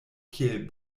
kiel